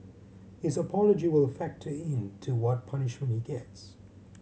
his apology will factor in to what punishment he gets